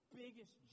biggest